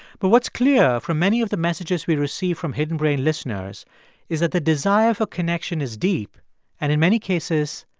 but what's clear from many of the messages we received from hidden brain listeners is that the desire for connection is deep and, in many cases,